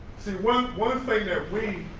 see, one one thing that we,